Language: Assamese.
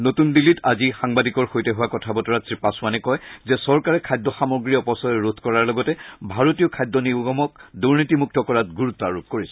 নতুন দিল্লীত আজি সাংবাদিকৰ সৈতে হোৱা কথা বতৰাত শ্ৰীপাছোৱানে কয় যে চৰকাৰে খাদ্য সামগ্ৰীৰ অপচয় ৰোধ কৰাৰ লগতে ভাৰতীয় খাদ্য নিগমক দুৰ্নীতিমুক্ত কৰাত গুৰুত্ব আৰোপ কৰিছে